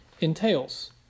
entails